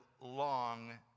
long